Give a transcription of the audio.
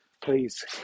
please